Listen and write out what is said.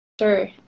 sure